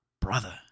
Brother